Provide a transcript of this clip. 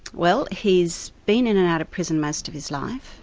well he's been in and out of prison most of his life.